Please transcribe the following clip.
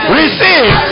receive